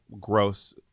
gross